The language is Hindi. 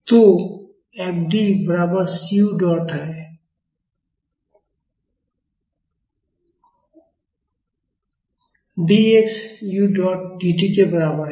तो f D बराबर cu डॉट है और dx u डॉट dt के बराबर है